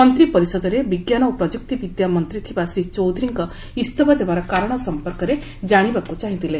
ମନ୍ତ୍ରୀ ପରିଷଦରେ ବିଜ୍ଞାନ ଓ ପ୍ରଯୁକ୍ତିବିଦ୍ୟା ମନ୍ତ୍ରୀ ଥିବା ଶ୍ରୀ ଚୌଧୁରୀଙ୍କ ଇସ୍ତଫା ଦେବାର କାରଣ ସମ୍ପର୍କରେ ଜାଶିବାକୁ ଚାହିଁଥିଲେ